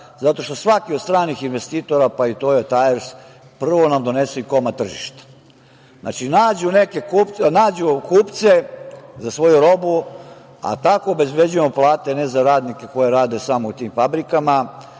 zato što svaki od stranih investitora, pa i „Tojo tajers“, prvo nam donese i komad tržišta. Nađu kupce za svoju robu, a tako obezbeđujemo plate ne za radnike koji rade samo u tim fabrikama,